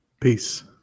Peace